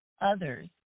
others